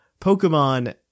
Pokemon